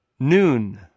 Noon